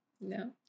No